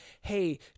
hey